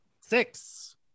six